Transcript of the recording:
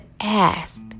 asked